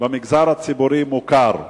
במגזר הציבורי, מוכר.